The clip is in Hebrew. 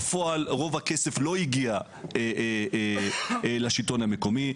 בפועל, רוב הכסף לא הגיע לשלטון המקומי.